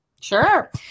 Sure